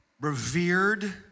revered